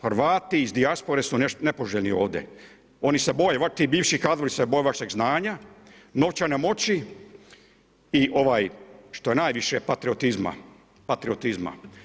Hrvati iz dijaspore su nepoželjni ovdje, oni se boje, ovako ti bivši kadrovi se boje vašeg znanja, novčane moći i što je najviše patriotizma, patriotizma.